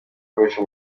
akoresha